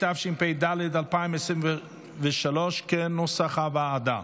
התשפ"ד 2023, כנוסח הוועדה.